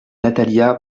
natalia